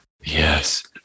Yes